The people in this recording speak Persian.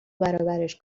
برابرش